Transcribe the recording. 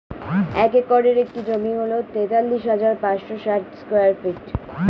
এক একরের একটি জমি হল তেতাল্লিশ হাজার পাঁচশ ষাট স্কয়ার ফিট